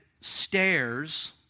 stairs